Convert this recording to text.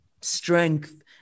strength